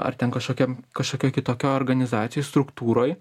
ar ten kažkokiam kažkokioj kitokioj organizacijų struktūroj